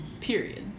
period